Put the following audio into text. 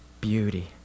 beauty